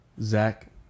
zach